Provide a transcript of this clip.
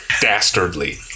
dastardly